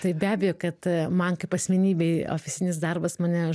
tai be abejo kad man kaip asmenybei ofisinis darbas mane